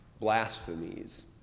blasphemies